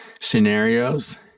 scenarios